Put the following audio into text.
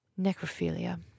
Necrophilia